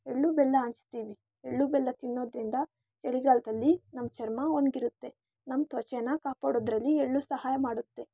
ಎಳ್ಳು ಬೆಲ್ಲ ಹಂಚ್ತೀವಿ ಎಳ್ಳು ಬೆಲ್ಲ ತಿನ್ನೋದ್ರಿಂದ ಚಳಿಗಾಲದಲ್ಲಿ ನಮ್ಮ ಚರ್ಮ ಒಣಗಿರುತ್ತೆ ನಮ್ಮ ತ್ವಚೆನ ಕಾಪಾಡೋದರಲ್ಲಿ ಎಳ್ಳು ಸಹಾಯ ಮಾಡುತ್ತೆ